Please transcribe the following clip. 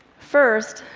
first,